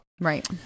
Right